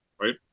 right